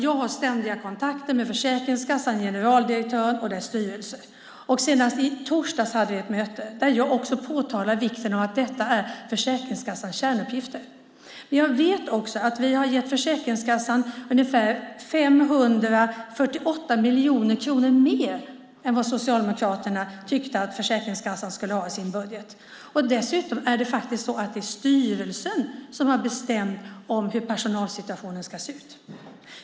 Jag har ständiga kontakter med Försäkringskassan, generaldirektören och dess styrelse. Senast i torsdags hade vi ett möte där jag också påtalade vikten av att detta är Försäkringskassans kärnuppgifter. Jag vet också att vi har gett Försäkringskassan ungefär 548 miljoner kronor mer än vad Socialdemokraterna tyckte att Försäkringskassan skulle ha i sin budget. Dessutom är det faktiskt styrelsen som har bestämt hur personalsituationen ska se ut.